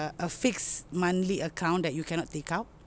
uh a fixed monthly account that you cannot take out